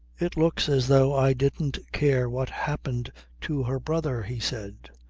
it looks as though i didn't care what happened to her brother, he said.